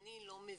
שאני לא מבינה,